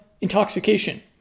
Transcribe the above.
intoxication